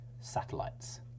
Satellites